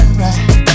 right